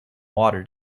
water